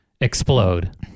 explode